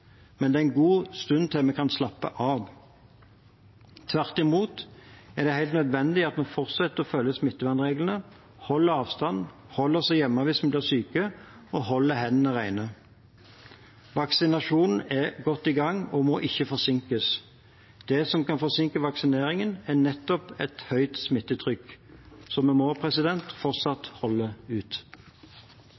Men det er en god stund til vi kan slappe av. Tvert imot er det helt nødvendig at vi fortsetter å følge smittevernreglene, holder avstand, holder oss hjemme hvis vi blir syke, og holder hendene rene. Vaksineringen er i godt i gang og må ikke forsinkes. Det som kan forsinke vaksineringen, er nettopp et høyt smittetrykk, så vi må fortsatt